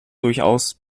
durchaus